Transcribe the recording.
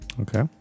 Okay